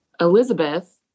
Elizabeth